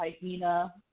hyena